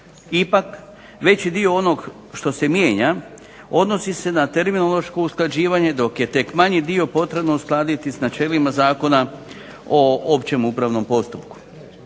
Ipak, veći dio onog što se mijenja odnosi se na terminološko usklađivanje dok je tek manji dio potrebno uskladiti s načelima Zakona o općem upravnom postupku.